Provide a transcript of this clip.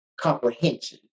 comprehension